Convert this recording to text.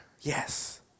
yes